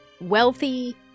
wealthy